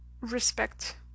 respect